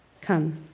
Come